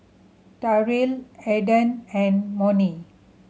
Terrill Aaden and Monnie